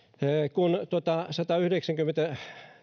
kun tuota satayhdeksänkymmentä